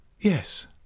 Yes